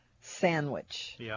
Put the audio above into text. sandwich